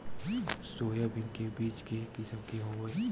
Soybean के बीज के किसम के हवय?